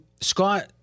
Scott